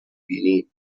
بینیم